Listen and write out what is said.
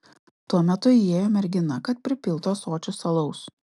tuo metu įėjo mergina kad pripiltų ąsočius alaus